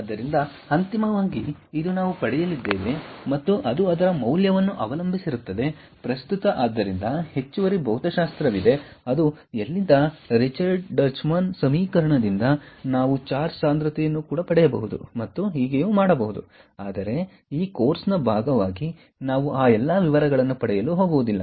ಆದ್ದರಿಂದ ಅಂತಿಮವಾಗಿ ಇದು ನಾವು ಪಡೆಯಲಿದ್ದೇವೆ ಮತ್ತು ಅದು ಅದರ ಮೌಲ್ಯವನ್ನು ಅವಲಂಬಿಸಿರುತ್ತದೆ ಪ್ರಸ್ತುತ ಆದ್ದರಿಂದ ಹೆಚ್ಚುವರಿ ಭೌತಶಾಸ್ತ್ರವಿದೆ ಅದು ಎಲ್ಲಿಂದ ರಿಚರ್ಡ್ಸನ್ ಡಚ್ಮನ್ ಸಮೀಕರಣದಿಂದ ನಾವು ಚಾರ್ಜ್ ಸಾಂದ್ರತೆಯನ್ನು ಪಡೆಯಬಹುದು ಮತ್ತು ಹೀಗೆ ಮಾಡಬಹುದು ಆದರೆ ಈ ಕೋರ್ಸ್ನ ಭಾಗವಾಗಿ ನಾವು ಆ ಎಲ್ಲ ವಿವರಗಳನ್ನು ಪಡೆಯಲು ಹೋಗುವುದಿಲ್ಲ